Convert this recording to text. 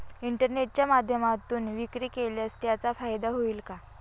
इंटरनेटच्या माध्यमातून विक्री केल्यास त्याचा फायदा होईल का?